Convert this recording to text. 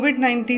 COVID-19